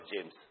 James